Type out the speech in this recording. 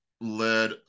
led